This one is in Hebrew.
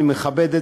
אני מכבד,